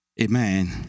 Amen